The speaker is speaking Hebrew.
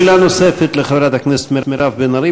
שאלה נוספת לחברת הכנסת מירב בן ארי,